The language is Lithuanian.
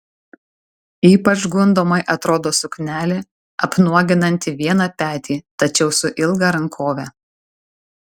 ypač gundomai atrodo suknelė apnuoginanti vieną petį tačiau su ilga rankove